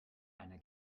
einer